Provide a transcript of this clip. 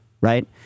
right